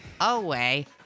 away